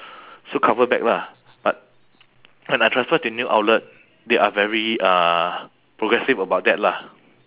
so cover back lah but when I transfer to new outlet they are very uh progressive about that lah